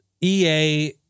EA